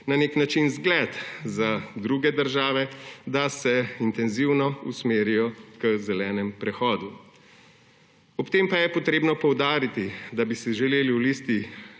na nek način zgled za druge države, da se intenzivno usmerijo k zelenemu prehodu. Ob tem je potrebno poudariti, da bi si želeli v Listi